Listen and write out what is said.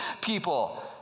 people